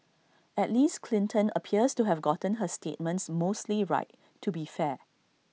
at least Clinton appears to have gotten her statements mostly right to be fair